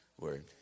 word